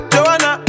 Joanna